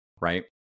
right